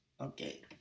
Okay